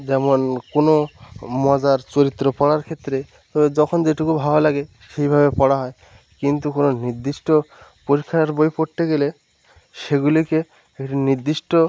যেমন কোনো মজার চরিত্র পড়ার ক্ষেত্রে যখন যেটুকু ভালো লাগে সেইভাবে পড়া হয় কিন্তু কোনো নির্দিষ্ট পরীক্ষার বই পড়তে গেলে সেগুলিকে একটি নির্দিষ্ট